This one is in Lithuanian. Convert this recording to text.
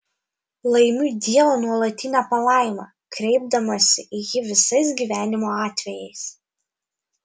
laimiu dievo nuolatinę palaimą kreipdamasi į jį visais gyvenimo atvejais